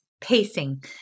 Pacing